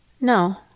No